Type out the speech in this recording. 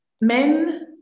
men